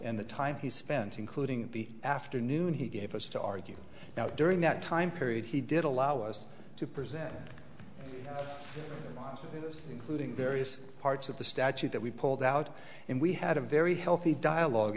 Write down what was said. and the time he spends including the afternoon he gave us to argue that during that time period he did allow us to present including various parts of the statute that we pulled out and we had a very healthy dialogue